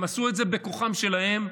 הם עשו את זה בכוחם שלהם,